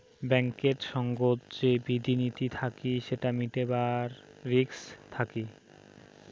ব্যাঙ্কেত সঙ্গত যে বিধি নীতি থাকি সেটা মিটাবার রিস্ক থাকি